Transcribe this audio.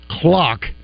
clock